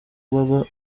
baba